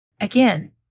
Again